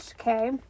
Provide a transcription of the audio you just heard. okay